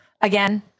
Again